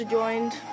joined